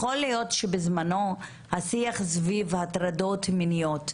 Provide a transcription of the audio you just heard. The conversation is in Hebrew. יכול להיות שבזמנו השיח סביב הטרדות מיניות,